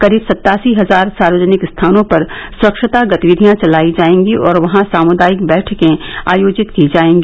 करीब सतासी हजार सार्वजनिक स्थानों पर स्वच्छता गंतिविधियां चलाई जायेंगी और वहां सामुदायिक बैठकें आयोजित की जायेंगी